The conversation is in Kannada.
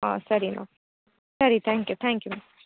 ಹಾಂ ಸರಿ ಮ್ಯಾಮ್ ಸರಿ thank you thank you ma'am